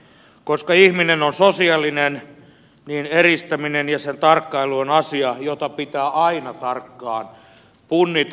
koska ihminen on sosiaalinen niin eristäminen ja sen tarkkailu on asia jota pitää aina tarkkaan punnita